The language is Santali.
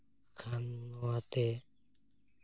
ᱠᱷᱟᱱ ᱱᱚᱣᱟ ᱛᱮ